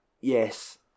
Yes